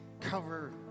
cover